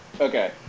Okay